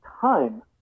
time